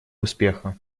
успеха